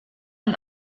and